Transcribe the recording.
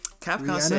Capcom